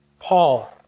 Paul